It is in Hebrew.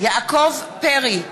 יעקב פרי,